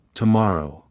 tomorrow